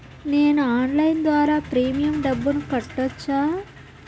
నేను ఆన్లైన్ ద్వారా ప్రీమియం డబ్బును కట్టొచ్చా?